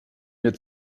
mir